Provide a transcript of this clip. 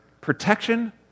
protection